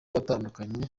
atandukanye